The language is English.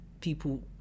people